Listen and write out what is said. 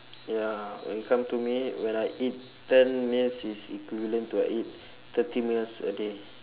ya when it come to me when I eat ten meals it's equivalent to I eat thirty meals a day